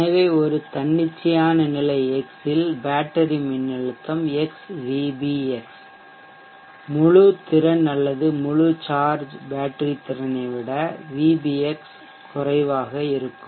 எனவே ஒரு தன்னிச்சையான நிலை x இல் பேட்டரி மின்னழுத்தம் x vbx முழு திறன் அல்லது முழு சார்ஜ் பேட்டரி திறனை விட vbx குறைவாக இருக்கும்